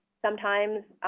sometimes